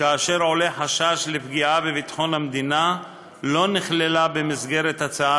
כאשר עולה חשש לפגיעה בביטחון המדינה לא נכללה במסגרת הצעה